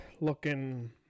looking